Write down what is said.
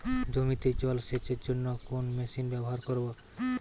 জমিতে জল সেচের জন্য কোন মেশিন ব্যবহার করব?